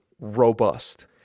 robust